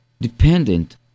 dependent